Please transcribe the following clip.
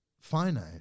finite